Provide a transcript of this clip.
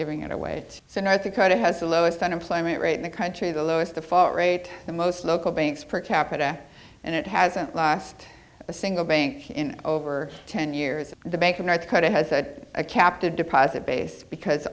giving it away so north dakota has the lowest unemployment rate in the country the lowest the rate the most local banks per capita and it hasn't lost a single bank in over ten years the bank of north dakota has a captive deposit base because